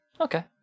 Okay